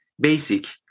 basic